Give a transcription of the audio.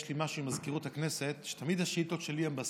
יש לי משהו עם מזכירות הכנסת שתמיד השאילתות שלי הן בסוף.